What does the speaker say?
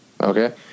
Okay